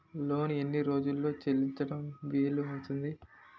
Loan ఎన్ని రోజుల్లో చెల్లించడం వీలు అవుతుంది?